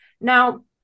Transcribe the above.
Now